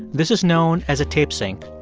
this is known as a tape sync,